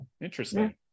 Interesting